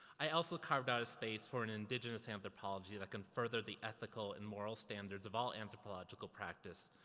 i also carved out a space for an indigenous anthropology that can further the ethical and moral standards of all anthropological practice.